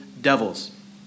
devils